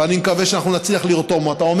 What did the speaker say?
ואני מקווה שאנחנו נצליח לרתום אותה,